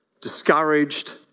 discouraged